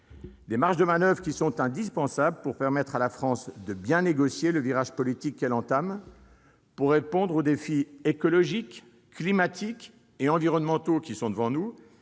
de chaque Français. Elles sont indispensables pour permettre à la France de bien négocier le virage politique qu'elle entame, pour répondre aux défis écologiques, climatiques et environnementaux qui sont devant nous,